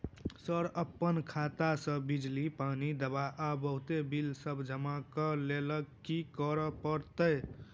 Sir अप्पन खाता सऽ बिजली, पानि, दवा आ बहुते बिल सब जमा करऽ लैल की करऽ परतै?